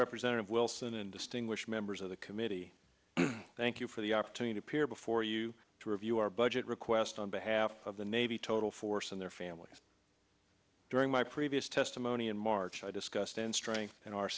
representative wilson and distinguished members of the committee thank you for the opportunity to appear before you to review our budget request on behalf of the navy total force and their families during my previous testimony in march i discussed in strength and our